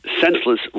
senseless